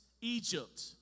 Egypt